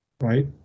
right